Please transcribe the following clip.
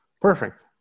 Perfect